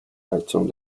heizung